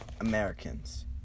Americans